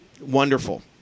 Wonderful